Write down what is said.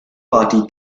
party